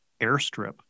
airstrip